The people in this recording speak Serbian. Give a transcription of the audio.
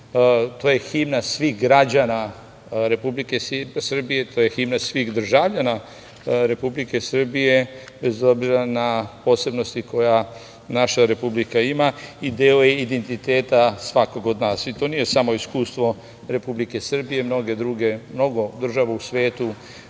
je himna svih građana Republike Srbije, to je himna svih državljana Republike Srbije, bez obzira na posebnosti koje naša Republika ima i deo je identiteta svakog od nas i to nije samo iskustvo Republike Srbije, mnogo država u svetu